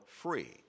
free